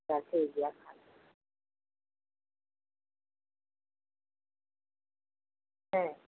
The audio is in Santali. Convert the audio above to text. ᱟᱪᱪᱷᱟ ᱴᱷᱤᱠᱜᱮᱭᱟ ᱛᱟᱦᱚᱞᱮ ᱦᱮᱸ